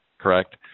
Correct